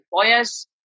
employers